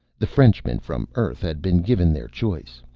the frenchmen from earth had been given their choice.